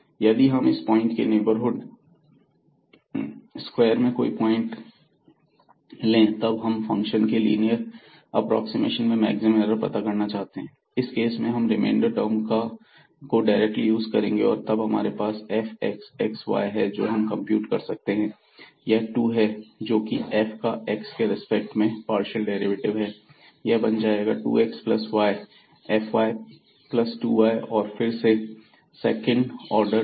यदि हम इस पॉइंट के नेबरहुड स्क्वायर में कोई पॉइंट में तब हम इस फंक्शन के लीनियर एप्रोक्सीमेशन में मैक्सिमम एरर पता करना चाहते हैं इस केस में हम रिमेंडर टर्म को डायरेक्टली यूज करेंगे तो हमारे पास fxxy है जो हम कंप्यूट कर सकते हैं यह 2 है जोकि f का x के रिस्पेक्ट में पार्शियल डेरिवेटिव है यह बन जाएगा 2x plus y plus fy plus 2y और फिर से सेकंड ऑर्डर टर्म